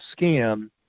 scam